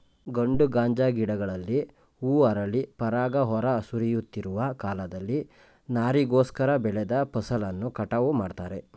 ಗಂಡು ಗಾಂಜಾ ಗಿಡಗಳಲ್ಲಿ ಹೂ ಅರಳಿ ಪರಾಗ ಹೊರ ಸುರಿಯುತ್ತಿರುವ ಕಾಲದಲ್ಲಿ ನಾರಿಗೋಸ್ಕರ ಬೆಳೆದ ಫಸಲನ್ನು ಕಟಾವು ಮಾಡ್ತಾರೆ